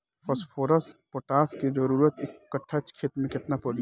Phosphorus potash के जरूरत एक कट्ठा खेत मे केतना पड़ी?